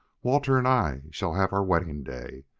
walter and i shall have our wedding day.